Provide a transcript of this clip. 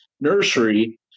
nursery